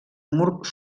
mur